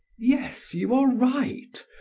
yes, you are right,